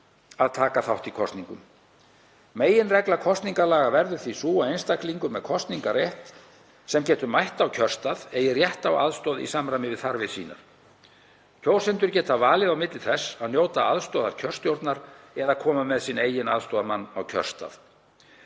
að taka þátt í kosningum. Meginregla kosningalaga verður því sú að einstaklingur með kosningarrétt, sem getur mætt á kjörstað, eigi rétt á aðstoð í samræmi við þarfir sínar. Kjósandi getur valið á milli þess að njóta aðstoðar kjörstjórnar eða koma með sinn eigin aðstoðarmann á kjörstað.